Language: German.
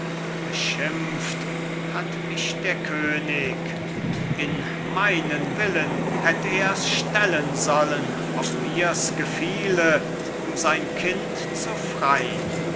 beschimpft hat mich der könig in meinen willen hätt er's stellen sollen ob mir's gefiele um sein kind zu frein